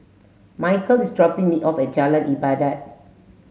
Mykel is dropping me off at Jalan Ibadat